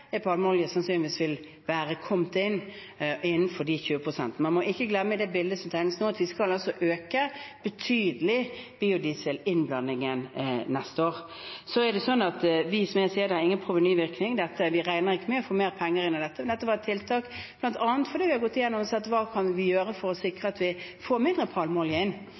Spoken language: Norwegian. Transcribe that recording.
palmeolje, sannsynligvis vil være innenfor de 20 pst. Man må i det bildet som tegnes nå, ikke glemme at vi skal øke betydelig biodieselinnblandingen neste år. Som jeg sier, er det ingen provenyvirkning. Vi regner ikke med å få mer penger inn av dette. Dette var et tiltak bl.a. fordi vi har gått igjennom og sett hva vi kan gjøre for å sikre at vi får mindre palmeolje inn.